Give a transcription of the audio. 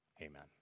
amen